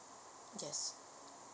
yes